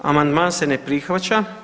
Amandman se ne prihvaća.